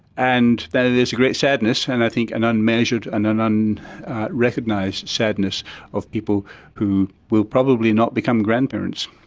and that is a great sadness and i think an unmeasured and an and unrecognised sadness of people who will probably not become grandparents.